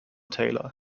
taylor